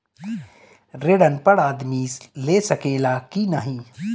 ऋण अनपढ़ आदमी ले सके ला की नाहीं?